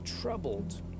troubled